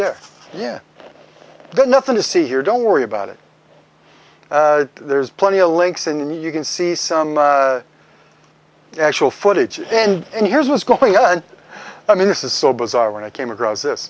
there yeah there's nothing to see here don't worry about it there's plenty a link seen you can see some actual footage and here's what's going on i mean this is so bizarre when i came across this